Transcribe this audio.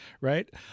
right